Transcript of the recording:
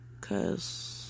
Cause